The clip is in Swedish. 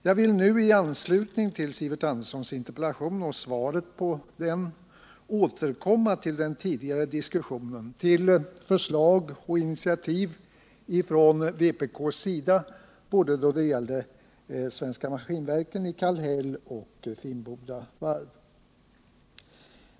Jag vill nu i anslutning till Sivert Anderssons interpellation och svaret på den återkomma till den tidigare diskussionen, till förslag och initiativ från vpk:s sida vad gäller både Svenska Maskinverken i Kallhäll och Finnboda Varv.